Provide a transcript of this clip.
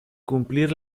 cumplir